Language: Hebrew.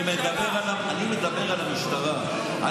אני מדבר על המשטרה,